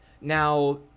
Now